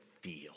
feel